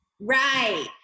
right